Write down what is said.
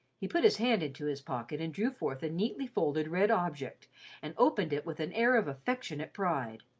he put his hand into his pocket and drew forth a neatly folded red object and opened it with an air of affectionate pride.